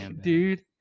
dude